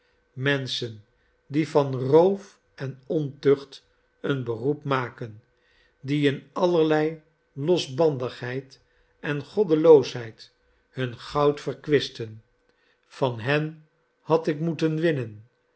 menschen die van roof en ontucht een beroep maken die in allerlei losbandigheid en goddeloosheid bun goud verkwisten van hen had ik moeten winnen